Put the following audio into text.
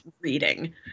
reading